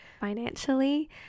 financially